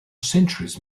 centuries